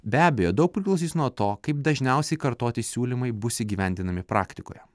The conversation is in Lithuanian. be abejo daug priklausys nuo to kaip dažniausiai kartoti siūlymai bus įgyvendinami praktikoje